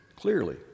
clearly